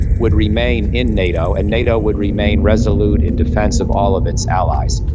would remain in nato, and nato would remain resolute in defence of all of its allies.